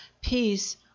peace